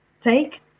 take